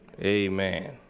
Amen